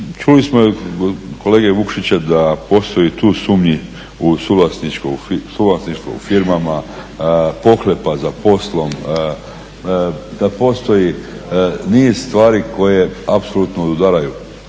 čuli smo od kolege Vukšića da postoji tu sumnji u suvlasništvo u firmama, pohlepa za poslom, da postoji niz stvari koje apsolutno odudaraju.